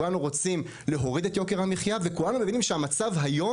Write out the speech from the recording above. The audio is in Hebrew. כולנו רוצים להוריד את יוקר המחייה וכולנו מבינים שהיום,